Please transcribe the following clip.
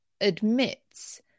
admits